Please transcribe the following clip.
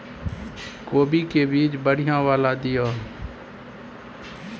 कोबी के बीज बढ़ीया वाला दिय?